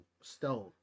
stone